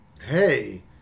hey